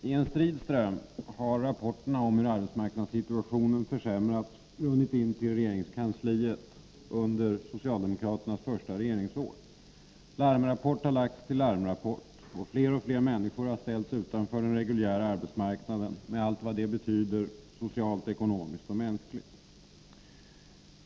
Herr talman! I en strid ström har rapporterna om hur arbetsmarknadssituationen försämrats runnit in till regeringskansliet under socialdemokraternas första regeringsår. Larmrapport har lagts på larmrapport. Fler och fler människor ställs utanför den reguljära arbetsmarknaden, med allt vad detta betyder socialt, ekonomiskt och mänskligt.